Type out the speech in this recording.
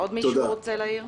בבקשה.